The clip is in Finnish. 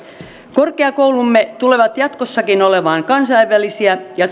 korkeakoulumme tulevat jatkossakin olemaan kansainvälisiä ja